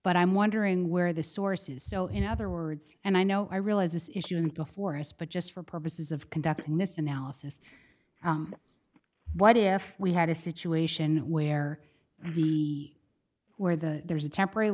but i'm wondering where the source is so in other words and i know i realize this issue isn't before us but just for purposes of conducting this analysis what if we had a situation where he where the there's a temporary